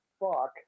fuck